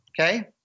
okay